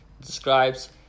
describes